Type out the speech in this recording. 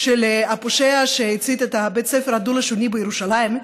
הפושע שהצית את בית הספר הדו-לשוני בירושלים,